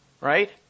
right